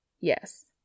Yes